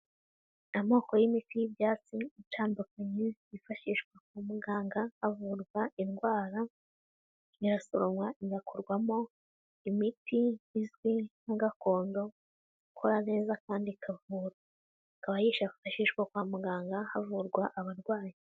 Amoko y'imiti y'ibyatsi itandukanye, yifashishwa kwa muganga havurwa indwara, irasoroywa igakorwamo imiti izwi nka gakondo, ukora neza kandi ikavura ika yifashafashishwa kwa muganga havurwa abarwayi.